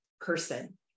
person